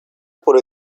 por